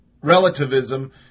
relativism